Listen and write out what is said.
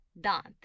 dant